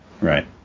Right